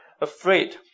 afraid